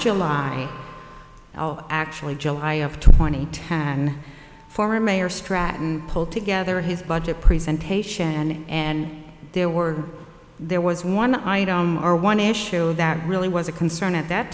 july actually july of twenty ten former mayor stratton pulled together his budget presentation and there were there was one item or one issue that really was a concern at that